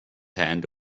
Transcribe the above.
hand